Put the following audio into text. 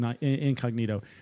incognito